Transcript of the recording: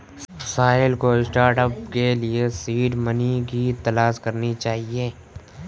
साहिल को स्टार्टअप के लिए सीड मनी की तलाश करनी चाहिए